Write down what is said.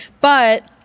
But-